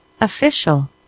official